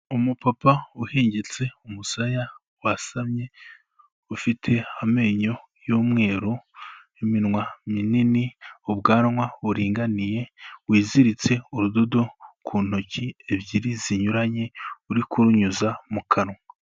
Umupapa uhengetse umusaya wasamye, ufite amenyo y'umweru, iminwa minini, ubwanwa buringaniye, wiziritse urudodo ku ntoki ebyiri zinyuranye, uri kurunyuza mu kanwa.